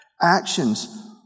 Actions